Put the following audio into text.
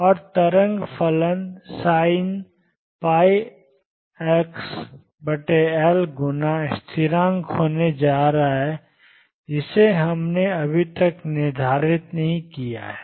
और तरंग फलन sin L xगुना स्थिरांक होने जा रहा है जिसे हमने अभी तक निर्धारित नहीं किया है